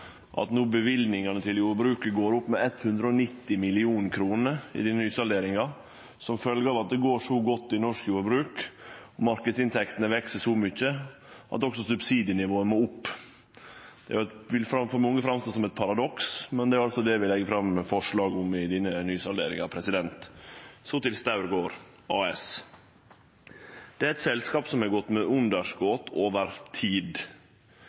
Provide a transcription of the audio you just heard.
at når løyvingane til jordbruket går opp med 190 mill. kr, som følgje av at det går så godt i norsk jordbruk – når marknadsinntektene veks så mykje – må også subsidienivået opp. Det vil for mange framstå som eit paradoks, men det er det vi legg fram forslag om i denne nysalderinga. Så til Staur gård AS: Det er eit selskap som har gått med underskot over tid.